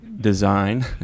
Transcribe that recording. design